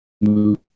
move